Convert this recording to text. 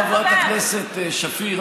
חברת הכנסת שפיר,